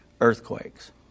earthquakes